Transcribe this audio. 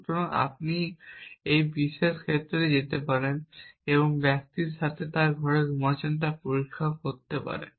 সুতরাং অবশ্যই আপনি এই বিশেষ ক্ষেত্রে যেতে পারেন এবং ব্যক্তির সাথে তার ঘরে ঘুমাচ্ছেন তা পরীক্ষা করতে পারেন